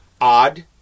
Odd